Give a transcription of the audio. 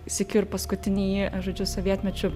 sykiu ir paskutinįjį žodžiu sovietmečiu